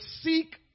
seek